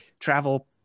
travel